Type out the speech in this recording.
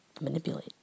manipulate